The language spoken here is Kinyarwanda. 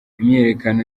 imyiyerekano